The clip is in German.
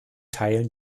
teilen